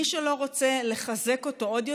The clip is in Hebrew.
מי שלא רוצה לחזק אותו עוד יותר,